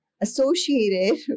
associated